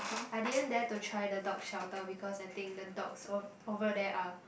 I didn't dare to try the dogs shelter because I think the dogs over over there are